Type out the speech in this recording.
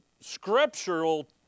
scriptural